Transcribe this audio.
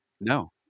No